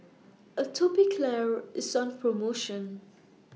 Atopiclair IS on promotion